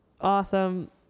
awesome